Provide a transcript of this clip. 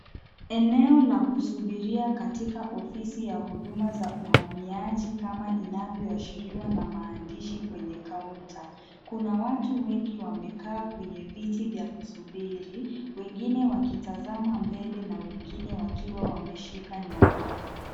Eneo la kusubiria katika ofisi ya huduma za uhamiaji kama inavyoashiriwa na maandishi kwenye kaunta. Kuna watubwenginwamekaa kwenye viti vya kusubiri. Wengine wakiwa wakitazama mbele na wengine wakiwa wameshika nyaraka.